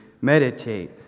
meditate